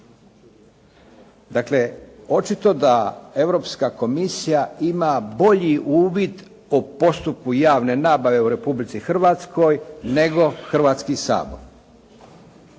Dakle očito da Europska komisija ima bolji uvid u postupku javne nabave u Republici Hrvatskoj nego Hrvatski sabor.